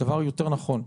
שדבר יותר נכון,